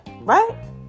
right